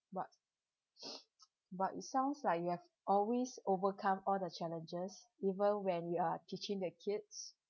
but but you sounds like you have always overcome all the challenges even when you are teaching the kids